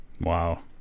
Wow